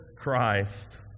Christ